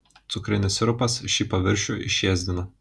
cukrinis sirupas šį paviršių išėsdina